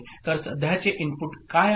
तर सध्याचे इनपुट काय आहे